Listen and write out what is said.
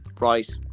Right